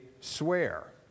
swear